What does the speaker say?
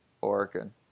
Oregon